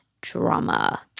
drama